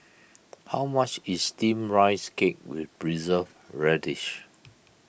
how much is Steamed Rice Cake with Preserved Radish